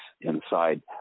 inside